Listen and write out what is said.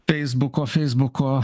feisbuko feisbuko